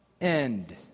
end